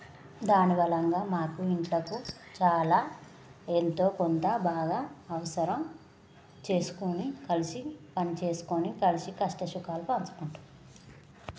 దానిమూలంగా మాకు ఇంట్లోకు చాలా ఎంతో కొంత బాగా అవసరం చేసుకొని కలిసి పని చేసుకొని కలసి కష్టసుఖాలు పంచుకుంటాం